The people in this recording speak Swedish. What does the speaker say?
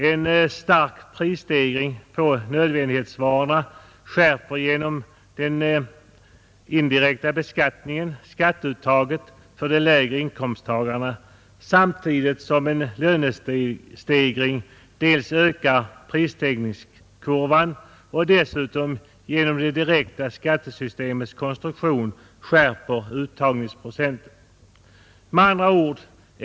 En stark prisstegring på nödvändighetsvarorna skärper genom den indirekta beskattningen skatteuttaget för de lägre inkomsttagarna samtidigt som en lönestegring dels ökar prisstegringarna, dels genom det direkta skattesystemets konstruktion skärper uttagningsprocenten.